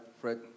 Fred